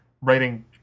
writing